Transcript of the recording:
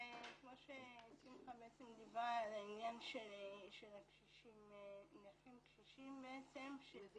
וכמו ששמחה בעצם דיברה על העניין של הנכים קשישים שזה